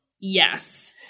Yes